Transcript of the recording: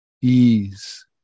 ease